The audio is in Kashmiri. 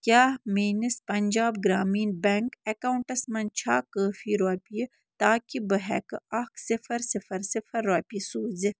کیٛاہ میٛٲنِس پنٛجاب گرٛامیٖن بیٚنٛک ایٚکاونٛٹَس منٛز چھا کٲفی رۄپیہِ تاکہِ بہٕ ہیٚکہٕ اکھ صِفر صِفر صِفر رۄپیہِ سوٗزِتھ